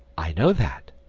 i know that.